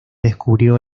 descubrió